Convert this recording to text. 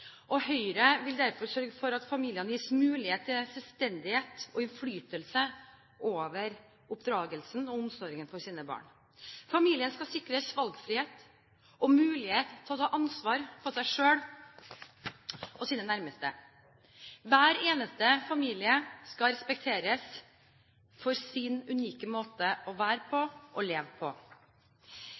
Høyre vil derfor sørge for at familiene gis mulighet til selvstendighet og innflytelse over oppdragelsen og omsorgen for sine barn. Familien skal sikres valgfrihet og mulighet til å ta ansvar for seg selv og sine nærmeste. Hver eneste familie skal respekteres for sin unike måte å være på og leve på.